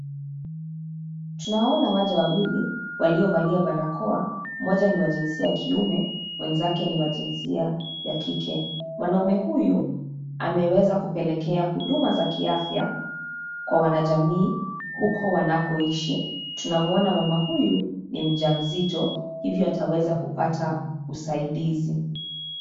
Tunawaona waja wawili, waliovalia barakoa, mmoja ni wa jinsia ya kiume, mwenzake ni wa jinsia, ya kike, mwanaume huyu, ameweza kupelekea huduma za kiafya, kwa wanajamii, huko wanakoishi, tunamwona mama huyu, ni mjamzito, hivyo ataweza kupata, usaidizi.